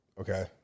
Okay